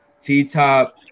T-Top